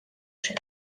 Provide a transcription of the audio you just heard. zen